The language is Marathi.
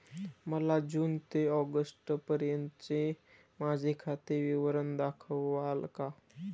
मला जून ते ऑगस्टपर्यंतचे माझे खाते विवरण दाखवाल का?